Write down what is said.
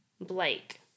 Blake